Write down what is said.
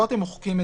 כבר נותנים את